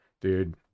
dude